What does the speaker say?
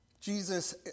Jesus